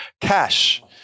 Cash